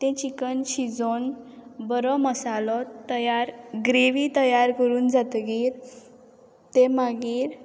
तें चिकन शिजोवन बरो मसालो तयार ग्रेवी तयार करून जातगीर ते मागीर